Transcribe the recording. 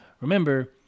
remember